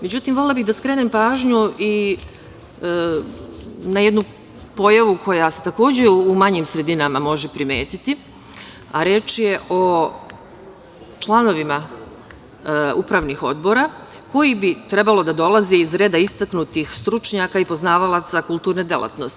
Međutim, volela bih da skrenem pažnju i na jednu pojavu koja se takođe može u manjim sredinama primetiti, a reč je o članovima upravnih odbora koji bi trebalo da dolaze iz redova istaknutih stručnjaka i poznavalaca kulturne delatnosti.